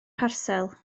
parsel